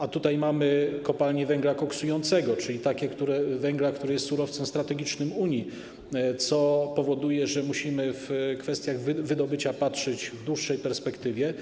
A tutaj mamy kopalnie węgla koksującego, czyli węgla, który jest surowcem strategicznym Unii, co powoduje, że musimy na kwestie wydobycia patrzeć w dłuższej perspektywie.